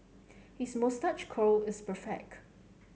his moustache curl is perfect